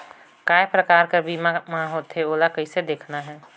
काय प्रकार कर बीमा मा होथे? ओला कइसे देखना है?